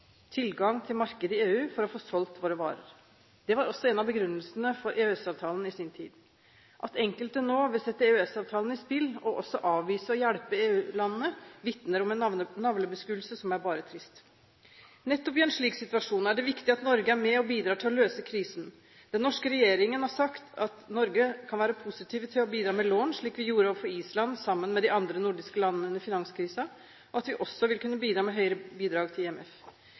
tilgang til markedet i EU for å få solgt våre varer. Det var også en av begrunnelsene for EØS-avtalen i sin tid. At enkelte nå vil sette EØS-avtalen i spill og også avvise å hjelpe EU-landene, vitner om en navlebeskuelse som er bare trist. Nettopp i en slik situasjon er det viktig at Norge er med og bidrar til å løse krisen. Den norske regjeringen har sagt at Norge kan være positiv til å bidra med lån, slik vi sammen med de andre nordiske landene gjorde overfor Island under finanskrisen, og at vi også vil kunne bidra med høyere bidrag til IMF.